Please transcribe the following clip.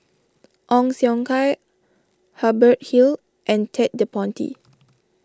Ong Siong Kai Hubert Hill and Ted De Ponti